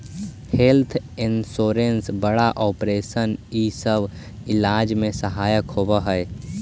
health insurance बड़ा operation इ सब इलाज में सहायक होवऽ हई